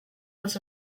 was